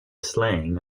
slaying